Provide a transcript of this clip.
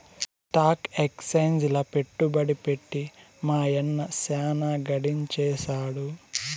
stock ఎక్సేంజిల పెట్టుబడి పెట్టి మా యన్న సాన గడించేసాడు